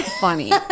funny